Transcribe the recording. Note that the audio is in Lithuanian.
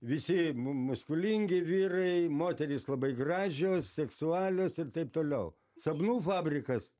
visi m muskulingi vyrai moterys labai gražios seksualios ir taip toliau sapnų fabrikas